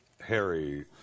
Harry